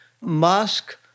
Musk